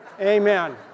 Amen